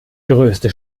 größte